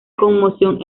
conmoción